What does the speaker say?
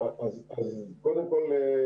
קודם כל,